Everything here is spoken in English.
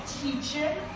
teaching